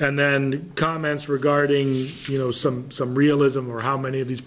and then comments regarding you know some some realism or how many of these